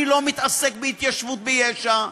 אני לא מתעסק בהתיישבות ביש"ע.